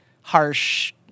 harsh